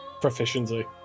proficiency